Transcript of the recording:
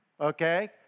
okay